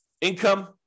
Income